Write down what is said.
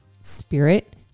spirit